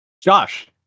Josh